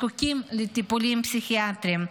זקוקים לטיפולים פסיכיאטריים,